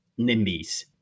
NIMBYs